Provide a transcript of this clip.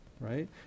right